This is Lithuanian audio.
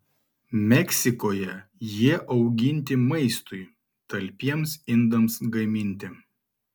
meksikoje jie auginti maistui talpiems indams gaminti